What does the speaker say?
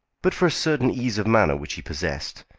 but for a certain ease of manner which he possessed,